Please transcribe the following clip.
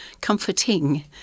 comforting